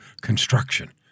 construction